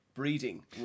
Breeding